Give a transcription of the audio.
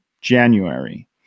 January